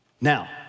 Now